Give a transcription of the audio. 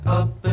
up